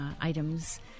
items